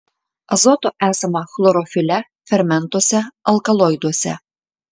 azoto esama chlorofile fermentuose alkaloiduose